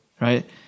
right